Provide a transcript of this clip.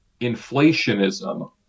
inflationism